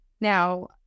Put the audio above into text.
Now